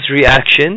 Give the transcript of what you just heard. reaction